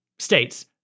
States